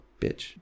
bitch